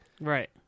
Right